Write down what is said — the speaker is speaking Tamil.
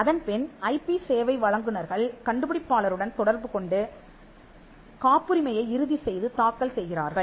அதன் பின் ஐபி சேவை வழங்குநர்கள் கண்டுபிடிப்பாளருடன் தொடர்புகொண்டு காப்புரிமையை இறுதி செய்து தாக்கல் செய்கிறார்கள்